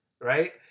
right